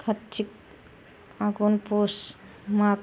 कार्तिक आगुन पुस माग